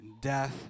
death